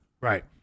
Right